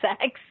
sex